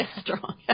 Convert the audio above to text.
strong